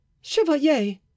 Chevalier